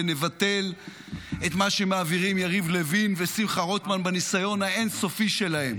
ונבטל את מה שמעבירים יריב לוין ושמחה רוטמן בניסיון האין-סופי שלהם